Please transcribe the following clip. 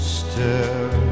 stare